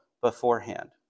beforehand